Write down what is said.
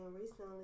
recently